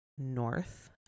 North